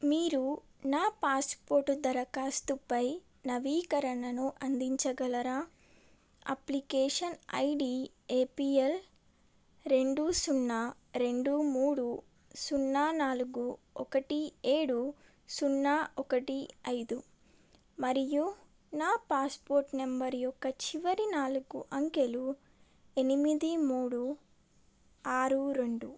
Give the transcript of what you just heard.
మీరు నా పాస్పోర్ట్ దరఖాస్తుపై నవీకరణను అందించగలరా అప్లికేషన్ ఐడీ ఏపిఎల్ రెండు సున్నా రెండు మూడు సున్నా నాలుగు ఒకటి ఏడు సున్నా ఒకటి ఐదు మరియు నా పాస్పోర్ట్ నెంబర్ యొక్క చివరి నాలుగు అంకెలు ఎనిమిది మూడు ఆరు రెండు